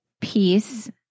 peace